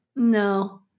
No